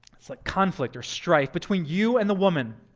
that's like conflict or strife, between you and the woman.